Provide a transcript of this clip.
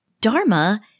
Dharma